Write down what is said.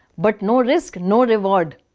but no risk, no reward.